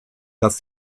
dass